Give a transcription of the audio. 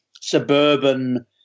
suburban